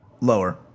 Lower